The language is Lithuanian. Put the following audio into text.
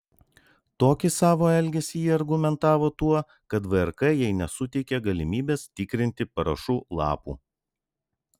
tokį savo elgesį ji argumentavo tuo kad vrk jai nesuteikė galimybės tikrinti parašų lapų